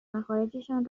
مخارجشان